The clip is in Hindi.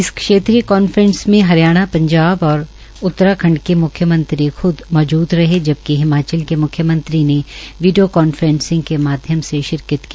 इस क्षेत्रीय कांफ्रेस में हरियाणा पंजाब और उत्तराखंड के म्ख्यमंत्री ख्द मौजूद रहे जबकि हिमाचल के म्ख्यमंत्री ने वीडियों कांफ्रेसिंग के माध्यम से शिरकत की